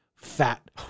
Fat